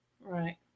Right